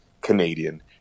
canadian